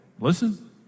Listen